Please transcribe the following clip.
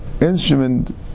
instrument